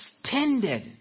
extended